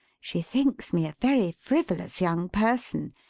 she thinks me a very frivolous young person,